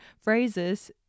phrases